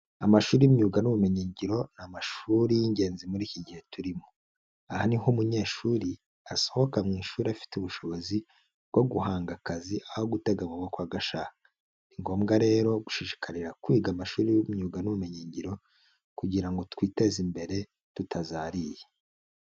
Amashuri y'imyuga n'ubumenyingiro ni amashuri y'ingenzi muri iki gihe turimo, aha niho umunyeshuri asohoka mu ishuri afite ubushobozi bwo guhanga akazi aho gutega amaboko agashaka, ni ngombwa rero gushishikarira kwiga amashuri y'imyuga n'ubumenyingiro kugira ngo twiteze imbere tutazariye.